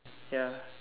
ya